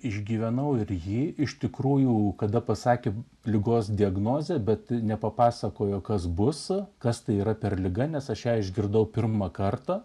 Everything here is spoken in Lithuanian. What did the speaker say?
išgyvenau ir ji iš tikrųjų kada pasakėme ligos diagnozę bet nepapasakojo kas bus kas tai yra per liga nes aš ją išgirdau pirmą kartą